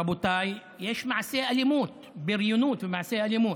רבותיי, יש מעשי אלימות, בריונות ומעשי אלימות.